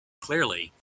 clearly